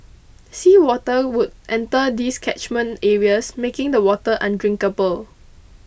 sea water would enter these catchment areas making the water undrinkable